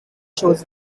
shows